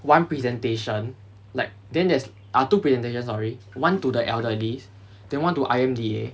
one presentation like then there's ah two presentation sorry one to the elderly's then one to I_M_D_A